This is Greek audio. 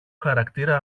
χαρακτήρα